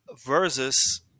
versus